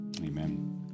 amen